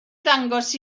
ddangos